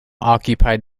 occupied